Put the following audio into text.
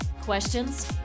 Questions